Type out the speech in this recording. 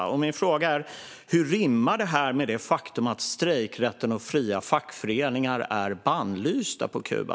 Min fråga är: Hur rimmar detta med det faktum att strejkrätten och fria fackföreningar är bannlysta på Kuba?